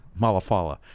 Malafala